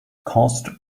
cost